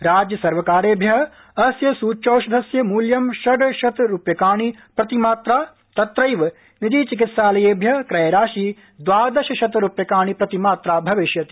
राज्यसर्वकारेभ्य अस्य सुच्यौषधस्य मृत्यं षड्शत रुप्यकाणि प्रतिमात्रा तत्रैव निजी चिकित्सालयेभ्य क्रयराशि द्वादश शतरुप्यकाणि प्रतिमात्रा भविष्यति